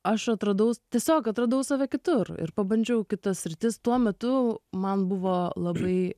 aš atradau tiesiog atradau save kitur ir pabandžiau kitas sritis tuo metu man buvo labai